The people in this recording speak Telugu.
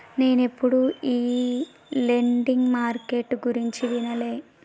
నేనెప్పుడు ఈ లెండింగ్ మార్కెట్టు గురించి వినలే